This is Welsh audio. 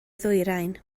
ddwyrain